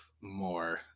more